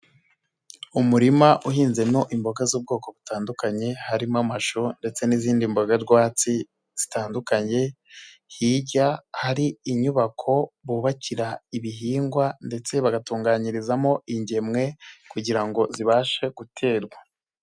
Umurima uhinzemo imboga z'ubwoko butandukanye, harimo amashu ndetse n'izindi mboga rwatsi zitandukanye, hirya hari inyubako bubakira ibihingwa ndetse bagatunganyirizamo ingemwe kugira ngo zibashe guterwa.